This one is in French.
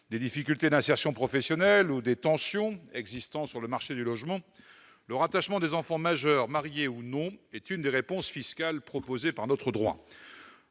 des difficultés d'insertion professionnelle ou des tensions existant sur le « marché du logement », le rattachement des enfants majeurs, mariés ou non, est l'une des réponses fiscales proposées par notre droit.